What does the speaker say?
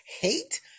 Hate